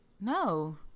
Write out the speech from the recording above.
No